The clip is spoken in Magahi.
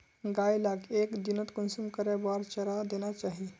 गाय लाक एक दिनोत कुंसम करे बार चारा देना चही?